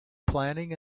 planning